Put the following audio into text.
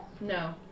No